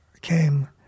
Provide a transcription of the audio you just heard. came